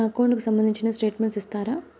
నా అకౌంట్ కు సంబంధించిన స్టేట్మెంట్స్ ఇస్తారా